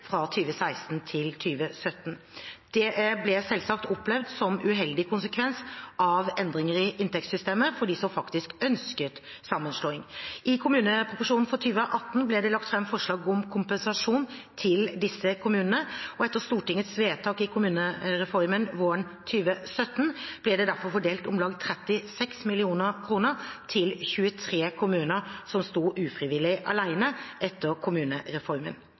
fra 2016 til 2017. Det ble selvsagt opplevd som en uheldig konsekvens av endringene i inntektssystemet for dem som faktisk ønsket sammenslåing. I kommuneproposisjonen for 2018 ble det lagt fram forslag om kompensasjon til disse kommunene, og etter Stortingets vedtak i kommunereformen våren 2017 ble det derfor fordelt om lag 36 mill. kr til 23 kommuner som sto ufrivillig alene etter kommunereformen.